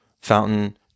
fountain